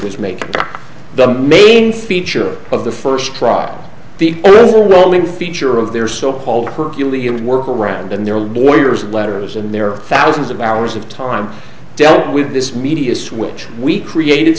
was made the main feature of the first trial the overwhelming feature of their so called herculean work around and their lawyers letters in their thousands of hours of time dealt with this media switch we created